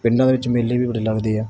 ਪਿੰਡਾਂ ਦੇ ਵਿੱਚ ਮੇਲੇ ਵੀ ਬੜੇ ਲੱਗਦੇ ਆ